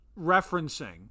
referencing